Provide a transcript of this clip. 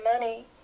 money